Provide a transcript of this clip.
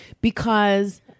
Because-